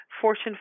Fortune